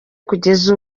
kugeza